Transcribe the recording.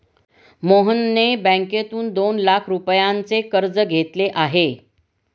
मोहनने बँकेतून दोन लाख रुपयांचे कर्ज घेतले आहे